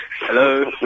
hello